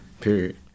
Period